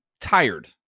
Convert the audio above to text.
tired